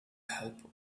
helper